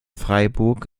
freiburg